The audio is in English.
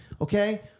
okay